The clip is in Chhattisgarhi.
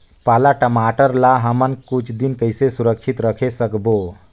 पाला टमाटर ला हमन कुछ दिन कइसे सुरक्षित रखे सकबो?